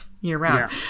year-round